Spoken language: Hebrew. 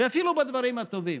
ואפילו בדברים הטובים.